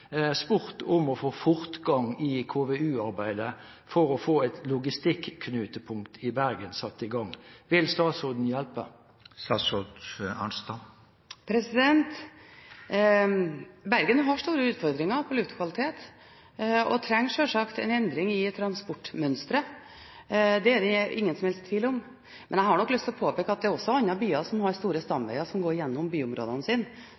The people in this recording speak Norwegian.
spurt om å få fortgang i KVU-arbeidet for å få et logistikknutepunkt i Bergen. Vil statsråden hjelpe? Bergen har store utfordringer på luftkvalitet og trenger selvsagt en endring i transportmønsteret – det er det ingen som helst tvil om. Men jeg har nok lyst til å påpeke at det også er andre byer som har store